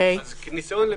כניסיון לפשרות,